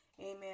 amen